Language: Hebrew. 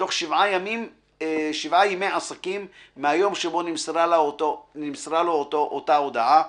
בתוך שבעה ימי עסקים מהיום שבו נמסרה לו אותה הודעה,